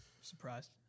surprised